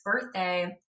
birthday